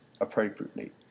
appropriately